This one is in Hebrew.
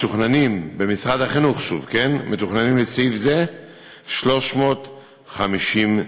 מתוכננים במשרד החינוך בסעיף זה 350 תקנים,